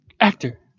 actor